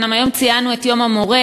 אומנם היום ציינו את יום המורה,